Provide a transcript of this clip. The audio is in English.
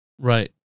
right